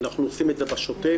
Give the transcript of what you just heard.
אנחנו עושים את זה בשוטף.